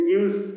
use